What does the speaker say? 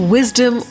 Wisdom